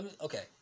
Okay